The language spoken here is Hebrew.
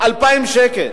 2,000 שקל?